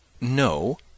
No